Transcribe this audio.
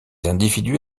individus